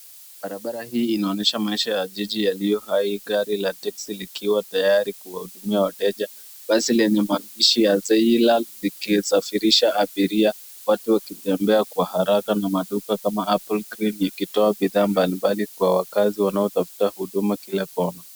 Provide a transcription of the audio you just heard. Barabara hii inaonyesha maisha ya jiji yaliyo hai, gari la teksi likiwa tayari kuwahudumia wateja. Basi lenye maandishi ya Zeilal likiwasafirisha abiria watu wakitembea kwa haraka na maduka kama Apple Grill likitoa bidhaa mbali mbali kwa wakazi wanaotafuta huduma kila kona.